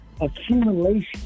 accumulation